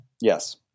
Yes